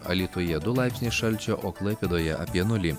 alytuje du laipsniai šalčio o klaipėdoje apie nulį